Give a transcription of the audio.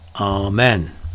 Amen